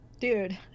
Dude